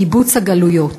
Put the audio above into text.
קיבוץ הגלויות.